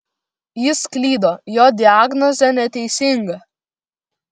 jis klydo jo diagnozė neteisinga